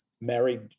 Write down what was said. married